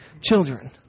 children